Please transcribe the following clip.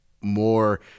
more